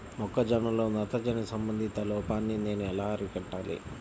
మొక్క జొన్నలో నత్రజని సంబంధిత లోపాన్ని నేను ఎలా అరికట్టాలి?